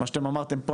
מה שאתם אמרתם פה,